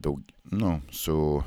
daug nu su